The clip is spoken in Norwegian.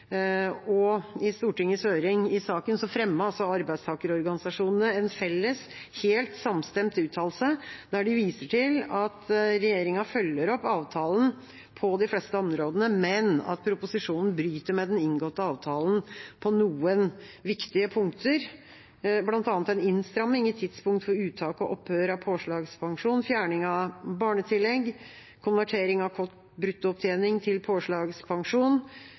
I Stortingets høring i saken fremmet arbeidstakerorganisasjonene en felles, helt samstemt uttalelse der de viser til at regjeringa følger opp avtalen på de fleste områdene, men at proposisjonen bryter med den inngåtte avtalen på noen viktige punkter, bl.a. en innstramming i tidspunkt for uttak og opphør av påslagspensjon, fjerning av barnetillegg, konvertering av kort bruttoopptjening til påslagspensjon,